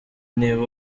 niba